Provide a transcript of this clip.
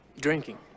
Drinking